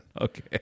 Okay